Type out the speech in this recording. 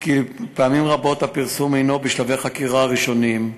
כי פעמים רבות הפרסום הוא בשלבי חקירה ראשוניים,